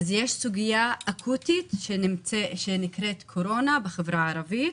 יש סוגיה אקוטית שנקראת קורונה בחברה הערבית.